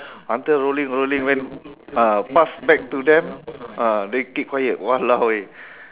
until holding holding when ah pass back to them ah they keep quiet !walao! eh